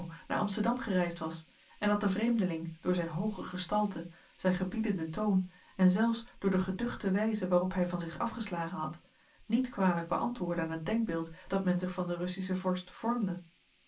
naar amsterdam gereisd was en dat de vreemdeling door zijn hooge gestalte zijn gebiedenden toon en zelfs door de geduchte wijze waarop hij van zich afgeslagen had niet kwalijk beantwoordde aan het denkbeeld dat men zich van den russischen vorst vormde